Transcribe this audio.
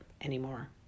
anymore